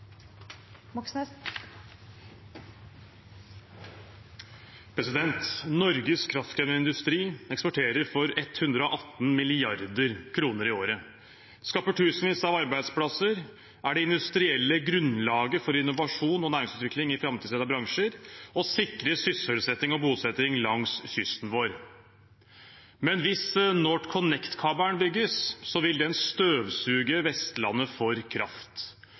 til. Norges kraftkrevende industri eksporterer for 118 mrd. kr i året, skaper tusenvis av arbeidsplasser, er det industrielle grunnlaget for innovasjon og næringsutvikling i framtidsrettede bransjer og sikrer sysselsetting og bosetting langs kysten vår. Hvis NorthConnect-kabelen bygges, vil den støvsuge Vestlandet for kraft.